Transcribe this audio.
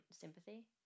sympathy